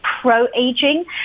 pro-aging